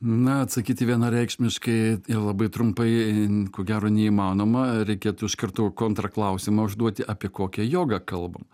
na atsakyti vienareikšmiškai ir labai trumpai ko gero neįmanoma reikėtų iš karto kontrklausimą užduoti apie kokią jogą kalbam